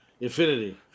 Infinity